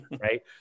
Right